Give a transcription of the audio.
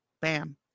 bam